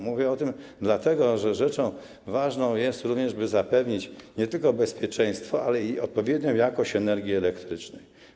Mówię o tym dlatego, że ważną rzeczą jest, by zapewnić nie tylko bezpieczeństwo, ale i odpowiednią jakość energii elektrycznej.